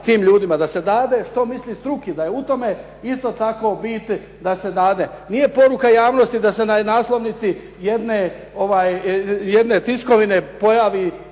tim ljudima, da se dade što misli struka, da je u tome isto tako bit da se dade. Nije poruka javnosti da se na naslovnici jedne tiskovine